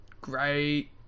great